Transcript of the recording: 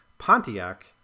Pontiac